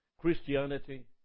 Christianity